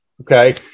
Okay